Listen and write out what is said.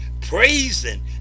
praising